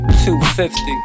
250